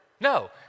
No